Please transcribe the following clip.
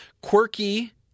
quirky